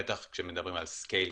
בטח כשמדברים על scale כזה.